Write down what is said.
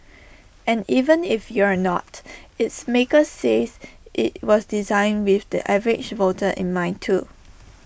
and even if you're not its makers say IT was designed with the average voter in mind too